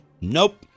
Nope